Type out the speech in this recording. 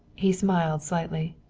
he smiled slightly.